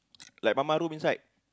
like mama room inside